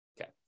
Okay